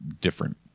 different